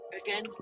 Again